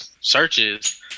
searches